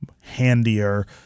handier